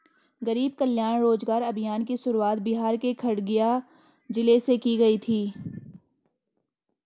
गरीब कल्याण रोजगार अभियान की शुरुआत बिहार के खगड़िया जिले से की गयी है